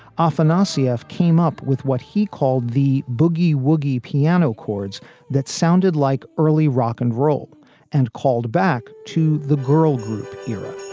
often ah rcf came up with what he called the boogie woogie piano chords that sounded like early rock and roll and called back to the girl group era